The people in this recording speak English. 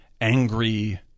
angry